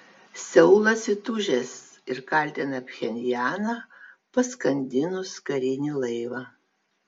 seulas įtūžęs ir kaltina pchenjaną paskandinus karinį laivą